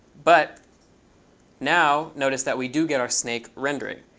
but now notice that we do get our snake rendering.